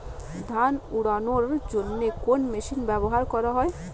ধান উড়ানোর জন্য কোন মেশিন ব্যবহার করা হয়?